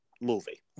movie